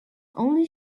only